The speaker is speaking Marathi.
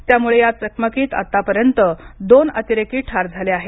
त्यामुळे या चकमकीत आतापर्यंत दोन अतिरेकी ठार झाले आहेत